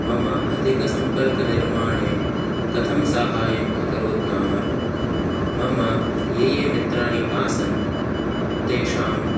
मम अधिकं सम्पर्कनिर्माणे कथं सहाय्यम् अकरोत् नाम मम ये ये मित्राणि आसन् तेषाम्